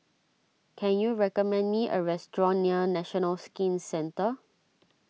can you recommend me a restaurant near National Skin Centre